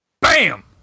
Bam